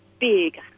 big